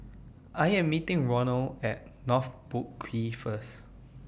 I Am meeting Ronal At North Boat Quay First